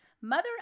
mother